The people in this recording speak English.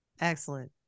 Excellent